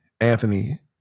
Anthony